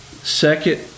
Second